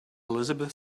elizabeth